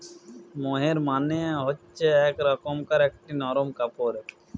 মোহের মানে হচ্ছে এক রকমকার একটি নরম কাপড়